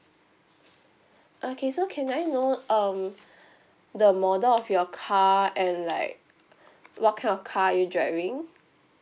okay so can I know um the model of your car and like what kind of car are you driving